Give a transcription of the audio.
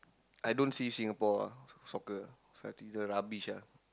I don't see Singapore soccer cause I think they're rubbish lah